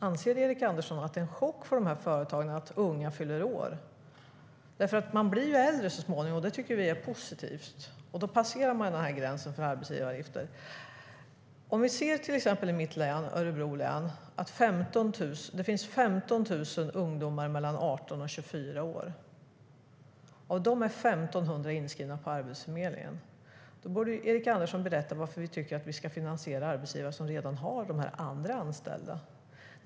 Anser Erik Andersson att det är en chock för de företagen att unga fyller år? Man blir ju äldre så småningom. Det tycker vi är positivt. Då passerar man den här gränsen för arbetsgivaravgifter. I mitt län, Örebro län, finns det 15 000 ungdomar mellan 18 och 24 år. Av dem är 1 500 inskrivna på Arbetsförmedlingen. Erik Andersson borde berätta varför han då tycker att vi ska finansiera arbetsgivare som redan har andra anställda.